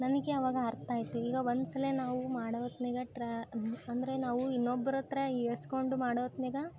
ನನಗೆ ಅವಾಗ ಅರ್ಥ ಆಯಿತು ಈಗ ಒಂದು ಸಲ ನಾವು ಮಾಡೋ ಹೊತ್ನ್ಯಾಗ ಟ್ರ ಅಂದರೆ ನಾವು ಇನ್ನೊಬ್ರ ಹತ್ರ ಹೇಳ್ಸ್ಕೊಂಡು ಮಾಡೋ ಹೊತ್ನ್ಯಾಗ